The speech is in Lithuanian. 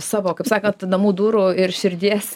savo kaip sakant namų durų ir širdies